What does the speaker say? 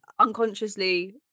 unconsciously